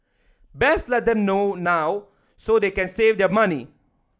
best let them know now so they can save their money